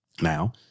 Now